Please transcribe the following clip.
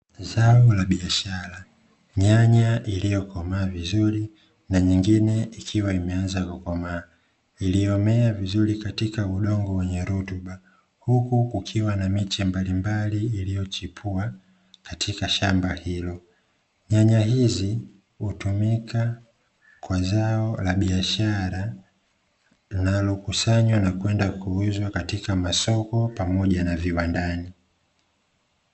Zao la biashara nyanya iiliokomaa vizuri na nyingine ikiwa imeanza kukomaa iliyommea vizuri katika udongo wenye rutuba, huku kukiwa na miche mbalimbali iliyochipua katika shamba hilo. Nyanya hizi hutumika kwa zao la biashara linalokusanywa na kwenda kuuzwa katika masoko pamoja na viwandani.